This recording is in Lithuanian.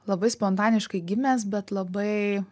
labai spontaniškai gimęs bet labai